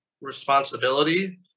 responsibility